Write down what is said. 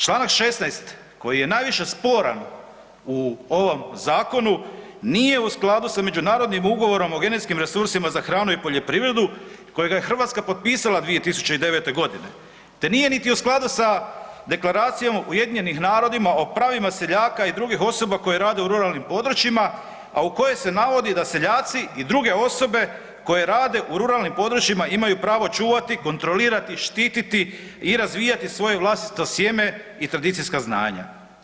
Čl. 16. koji je najviše sporan u ovom zakonu nije u skladu sa međunarodnim Ugovorom o genetskim resursima za hranu i poljoprivredu kojega je Hrvatska potpisala 2009.g., te nije niti u skladu sa Deklaracijom UN-a o pravima seljaka i drugih osoba koje rade u ruralnim područjima, a u koje se navodi da seljaci i druge osobe koje rade u ruralnim područjima imaju pravo čuvati, kontrolirati i štititi i razvijati svoje vlastito sjeme i tradicijska znanja.